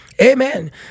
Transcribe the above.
Amen